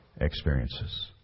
experiences